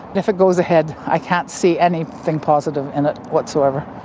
if it goes ahead, i can't see anything positive in it whatsoever.